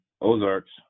Ozarks